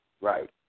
Right